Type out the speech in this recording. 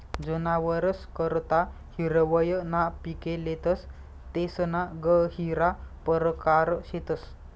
जनावरस करता हिरवय ना पिके लेतस तेसना गहिरा परकार शेतस